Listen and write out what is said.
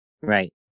Right